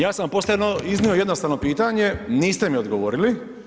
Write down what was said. Ja sam vam postavio jedno iznimno jednostavno pitanje, niste mi odgovorili.